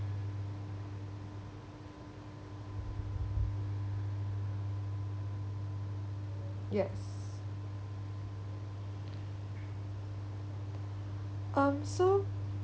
yes um so